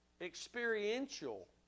experiential